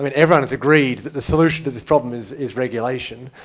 but everyone's agreed that the solution to the problem is is regulation,